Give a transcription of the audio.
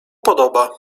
podoba